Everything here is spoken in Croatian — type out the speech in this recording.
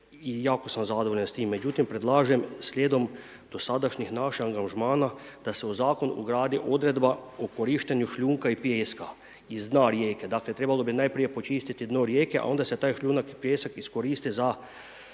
jako sam zadovoljan sa tim, međutim predlažem slijedom dosadašnjih naših angažmana da se u zakon ugradi odredba o korištenju šljunka i pijeska iz dna rijeke. Dakle, trebalo bi najprije počistiti dno rijeke a onda se taj šljunak i pijesak iskoristi za